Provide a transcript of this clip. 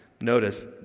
Notice